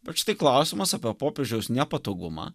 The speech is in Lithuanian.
vat štai klausimas apie popiežiaus nepatogumą